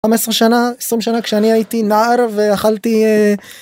15 שנה 20 שנה כשאני הייתי נער ואכלתי.